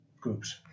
groups